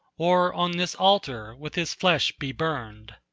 or on this altar with his flesh be burned.